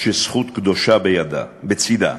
שזכות קדושה בצדה.